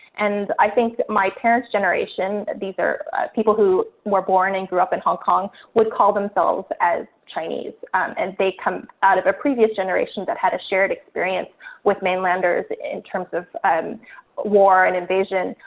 and i think my parents' generation, these are people who were born and grew up in hong kong, would call themselves as chinese. and they come out of a previous generation that had a shared experience with mainlanders, in terms of war and invasion.